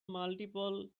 multiple